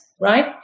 right